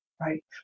right